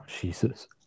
Jesus